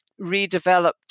redeveloped